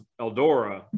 eldora